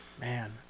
Man